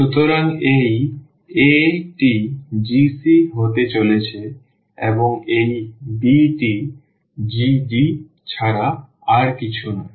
সুতরাং এই a টি g হতে চলেছে এবং এই b টি g ছাড়া আর কিছুই নয়